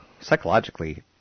psychologically